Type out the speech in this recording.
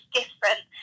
different